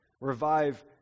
Revive